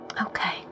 Okay